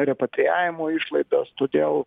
repatrijavimo išlaidas todėl